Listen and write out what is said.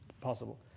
possible